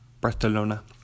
Barcelona